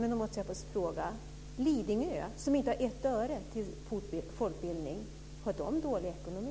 Jag måste då få fråga om Lidingö, som inte anslår ett öre till folkbildning, har dålig ekonomi.